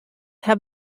have